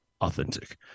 authentic